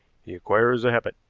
he acquires a habit.